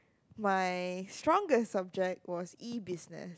my strongest subject was E business